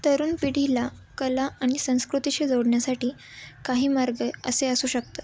तरुण पिढीला कला आणि संस्कृतीशी जोडण्यासाठी काही मार्ग असे असू शकतात